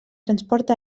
transport